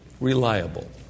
reliable